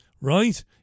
Right